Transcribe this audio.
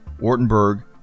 Ortenberg